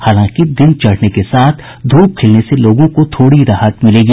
हालांकि दिन चढ़ने के साथ धूप खिलने से लोगों को थोड़ी राहत मिलेगी